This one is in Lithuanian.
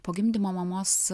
po gimdymo mamos